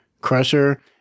Crusher